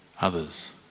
others